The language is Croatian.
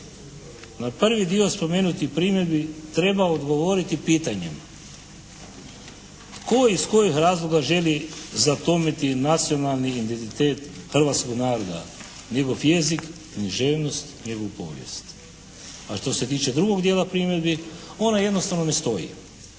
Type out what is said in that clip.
Na prvi dio spomenutih primjedbi treba odgovoriti pitanjem tko i iz kojih razloga želi zatomiti nacionalni identitet hrvatskoga naroda, njegov jezik, književnost, njegovu povijest. A što se tiče drugog dijela primjedbi ona jednostavno ne stoji.